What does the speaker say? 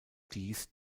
dies